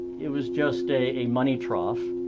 it was just a money trough.